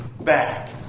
back